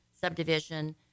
subdivision